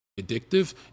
addictive